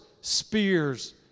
spears